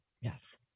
Yes